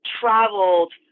traveled